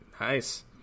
Nice